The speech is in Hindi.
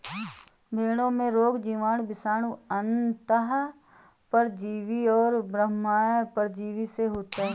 भेंड़ों में रोग जीवाणु, विषाणु, अन्तः परजीवी और बाह्य परजीवी से होता है